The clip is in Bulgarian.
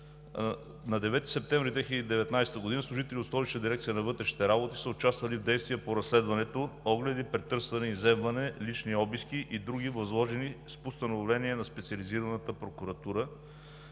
На 9 септември 2019 г. служители от Столичната дирекция на вътрешните работи са участвали в действия по разследване, огледи, претърсване и изземване, лични обиски и други, възложени с постановление на Специализираната прокуратура